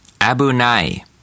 abunai